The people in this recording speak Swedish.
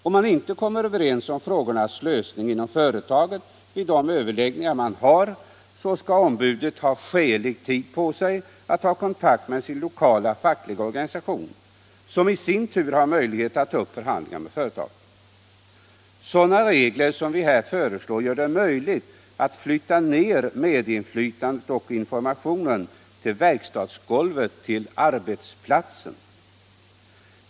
Om man inte kommer överens om frågornas lösning inom företaget vid de överläggningar man har, skall ombudet ha skälig tid på sig att ta kontakt med sin lokala fackliga organisation, som i sin tur har möjlighet att ta upp förhandling med företaget. Sådana regler som vi här föreslår gör det möjligt att Aytta ned medinflytandet och informationen till verkstadsgolvet, till arbetsplatsen.